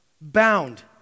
Bound